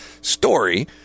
story